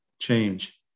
change